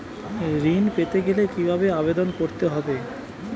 ঋণ পেতে গেলে কিভাবে আবেদন করতে হবে?